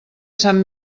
sant